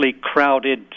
crowded